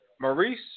Maurice